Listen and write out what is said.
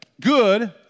good